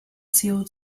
sealed